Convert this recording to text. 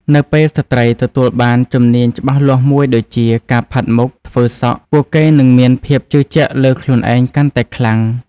នៅពេលស្ត្រីទទួលបានជំនាញច្បាស់លាស់មួយដូចជា ការផាត់មុខ ធ្វើសក់ ពួកគេនឹងមានភាពជឿជាក់លើខ្លួនឯងកាន់តែខ្លាំង។